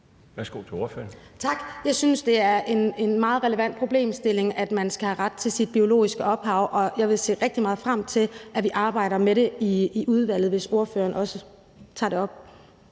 Rosa Eriksen (M): Tak. Jeg synes, det er en meget relevant problemstilling, at man skal have ret til sit biologiske ophav, og jeg vil se rigtig meget frem til, at vi arbejder med det i udvalget, hvis ordføreren også tager det op